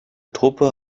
truppe